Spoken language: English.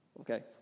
Okay